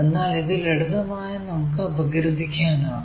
എന്നാൽ ഇത് ലളിതമായി നമുക്ക് അപഗ്രഥിക്കാനാകും